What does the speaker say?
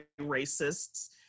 racists